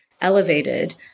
elevated